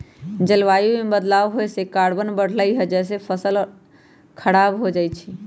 जलवायु में बदलाव होए से कार्बन बढ़लई जेसे फसल स खराब हो जाई छई